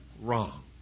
wrong